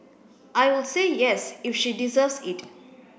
I would say yes if she deserves it